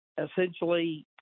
essentially